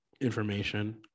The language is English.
information